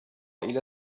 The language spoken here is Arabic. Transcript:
إلى